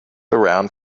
around